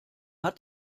hat